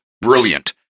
brilliant